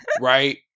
right